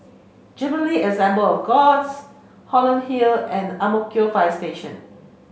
Jubilee Assembly of Gods Holland Hill and Ang Mo Kio Fire Station